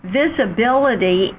visibility